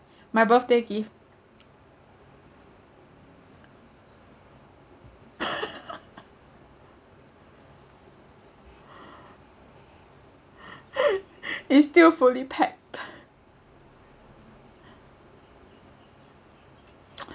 my birthday gift is still fully packed